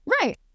right